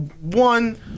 One